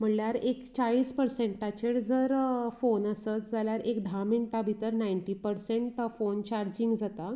म्हळ्यार एक चाळीस पर्संटाचेर जर फोन आसत जाल्यार एक धा मिनटां भितर नायन्टी परसंट फोन चार्जींग जाता